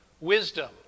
wisdom